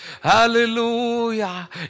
hallelujah